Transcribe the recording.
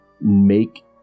make